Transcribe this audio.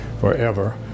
forever